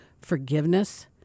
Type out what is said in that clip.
forgiveness